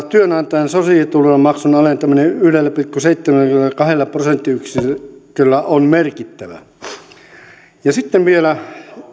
työnantajan sosiaaliturvamaksun alentaminen yhdellä pilkku seitsemälläkymmenelläkahdella prosenttiyksiköllä on merkittävä sitten vielä